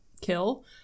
kill